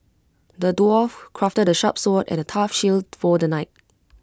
the dwarf crafted A sharp sword and A tough shield for the knight